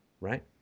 Right